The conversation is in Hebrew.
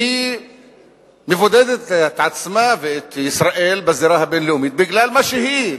היא מבודדת את עצמה ואת ישראל בזירה הבין-לאומית בגלל מה שהיא,